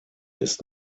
ist